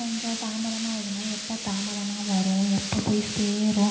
கொஞ்சம் தாமதமாக ஆகுதுன்னா எப்போ தாமதமாக வரும் எப்போ போய் சேரும்